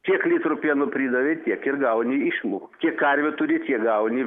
kiek litrų pieno pridavei tiek ir gauni išmokų kiek karvių turi tiek gauni